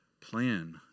plan